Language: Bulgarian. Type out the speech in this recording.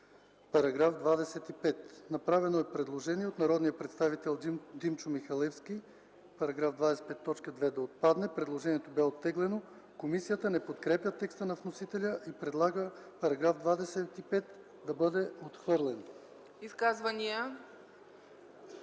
По § 25 е направено предложение от народния представител Димчо Михалевски –§ 25, т. 2 да отпадне. Предложението бе оттеглено. Комисията не подкрепя текста на вносителя и предлага § 25 да бъде отхвърлен. ПРЕДСЕДАТЕЛ